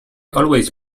always